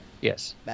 Yes